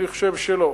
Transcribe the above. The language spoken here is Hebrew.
אני חושב שלא.